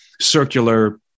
circular